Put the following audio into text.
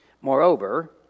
Moreover